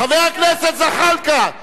חבר הכנסת זחאלקה,